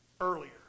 earlier